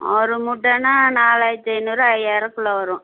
ஒரு மூட்டைனா நாலாயிரத்து ஐநூறு ஐயாயிரம்குள்ளே வரும்